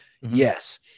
Yes